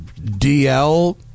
dl